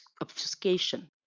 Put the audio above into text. obfuscation